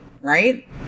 Right